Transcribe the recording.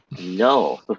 No